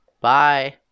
Bye